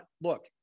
look